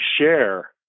share